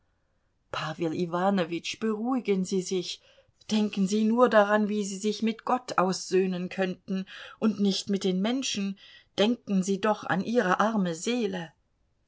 iwanowitsch beruhigen sie sich denken sie nur daran wie sie sich mit gott aussöhnen könnten und nicht mit den menschen denken sie doch an ihre arme seele